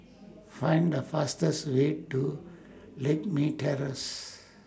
Find The fastest Way to Lakme Terrace